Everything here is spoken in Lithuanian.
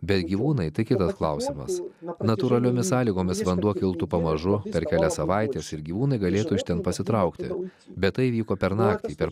bet gyvūnai tai kitas klausimas natūraliomis sąlygomis vanduo kiltų pamažu per kelias savaites ir gyvūnai galėtų iš ten pasitraukti bet tai įvyko per naktį per